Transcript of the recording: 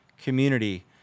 community